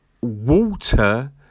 water